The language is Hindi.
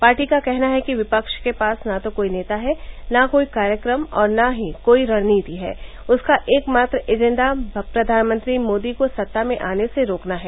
पार्टी का कहना है कि विपक्ष के पास न तो कोई नेता है न कोई कार्यक्रम और न ही कोई रणनीति है उसका एकमात्र एजेंडा प्रधानमंत्री मोदी को सत्ता में आने से रोकना है